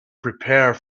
prepare